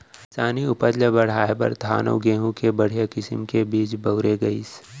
किसानी उपज ल बढ़ाए बर धान अउ गहूँ के बड़िहा किसम के बीज बउरे गइस